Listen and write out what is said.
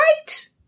Right